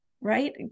right